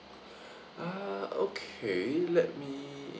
uh okay let me